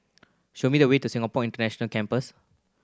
show me the way to Singapore International Campus